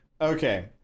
Okay